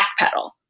backpedal